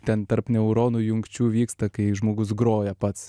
ten tarp neuronų jungčių vyksta kai žmogus groja pats